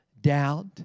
doubt